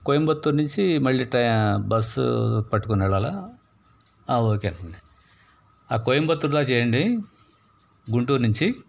కోయంంబత్తూర్ నుంచి మళ్ళి టై బస్సు పట్టుకునే వెళ్ళాలా ఆ ఓకే అండి ఆ కోయంంబత్తూర్ దాకా చేయండి గుంటూరు నుంచి